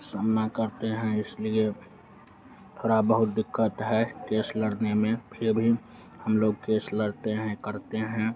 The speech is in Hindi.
समना करते हैं इसलिए थोड़ा बहुत दिक़्क़त है केस लड़ने में फिर भी हम लोग केस लड़ते हैं करते हैं